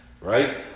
right